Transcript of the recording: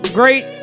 great